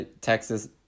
Texas